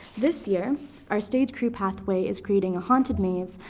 this year our stage crew pathway is creating a haunted maze,